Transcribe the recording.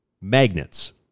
magnets